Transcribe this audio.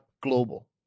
global